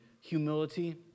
humility